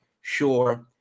sure